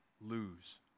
lose